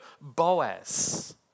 Boaz